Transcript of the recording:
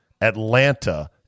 Atlanta